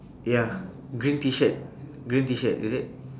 ya green T-shirt green T-shirt is it